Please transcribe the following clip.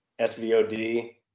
svod